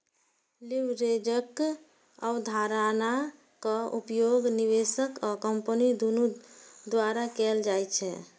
लीवरेजक अवधारणाक उपयोग निवेशक आ कंपनी दुनू द्वारा कैल जाइ छै